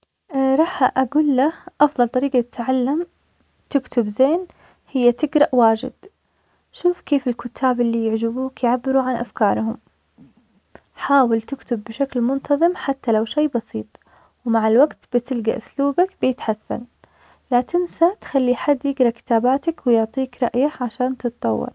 راح اقوله أفضل طريقة للتعلم تكتب زين, هي تقرا واجد, شوف كيف الكتاب اللي يعجبوك يعبروا عن أفكارهم, حاول تكتب بشكل منتظم حتى لو شي بسيط, ومع الوقت بتلقى اسلوبك بيتحسن, لا تنسى تخلي حد يقرا كتاباتك ويعطيك رأيه عشان تتطور.